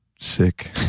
sick